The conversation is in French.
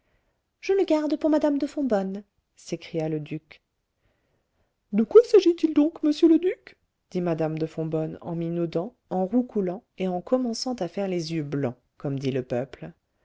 je le garde pour mme de fonbonne s'écria le duc de quoi s'agit-il donc monsieur le duc dit mme de fonbonne en minaudant en roucoulant et en commençant à faire les yeux blancs comme dit le peuple